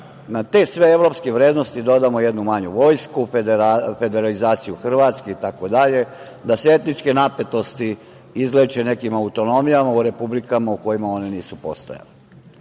na te sve evropske vrednosti dodamo jednu manju vojsku, federalizaciju Hrvatske itd, da se etičke napetosti izleče nekim autonomijama, u republikama u kojima one nisu postojale.